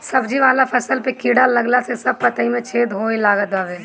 सब्जी वाला फसल पे कीड़ा लागला से सब पतइ में छेद होए लागत हवे